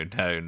no